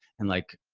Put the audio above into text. and like,